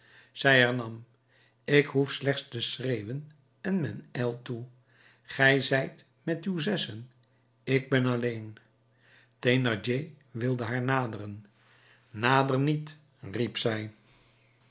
zij hernam ik behoef slechts te schreeuwen en men ijlt toe gij zijt met uw zessen ik ben alleen thénardier wilde haar naderen nader niet riep zij